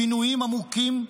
שינויים עמוקים,